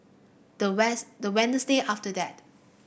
the west the after that